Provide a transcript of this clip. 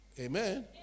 Amen